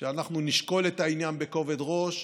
שאנחנו נשקול את העניין בכובד ראש,